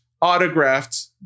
autographed